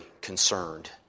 concerned